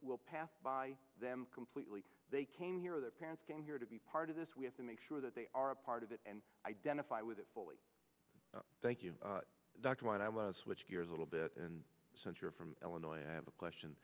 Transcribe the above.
will pass by them completely they came here their parents came here to be part of this we have to make sure that they are a part of it and identify with it fully thank you dr white i was switch gears a little bit and since you're from illinois i have a question